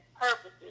purposes